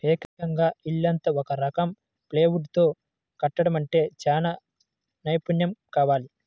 ఏకంగా ఇల్లంతా ఒక రకం ప్లైవుడ్ తో కట్టడమంటే చానా నైపున్నెం కావాలి